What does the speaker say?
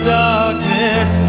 darkness